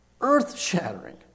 earth-shattering